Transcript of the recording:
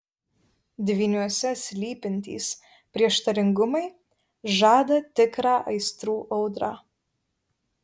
dvyniuose slypintys prieštaringumai žada tikrą aistrų audrą